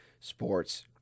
sports